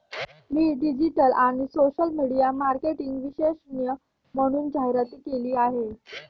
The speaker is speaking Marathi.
मी डिजिटल आणि सोशल मीडिया मार्केटिंग विशेषज्ञ म्हणून जाहिरात केली आहे